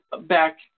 back